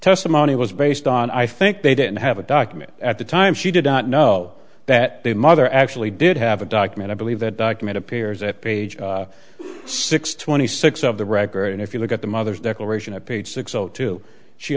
testimony was based on i think they didn't have a document at the time she did not know that the mother actually did have a document i believe that document appears at page six twenty six of the record and if you look at the mother's declaration at page six zero two she